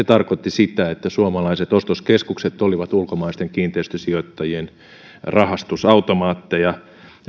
tarkoitti sitä että suomalaiset ostoskeskukset olivat ulkomaisten kiinteistösijoittajien rahastusautomaatteja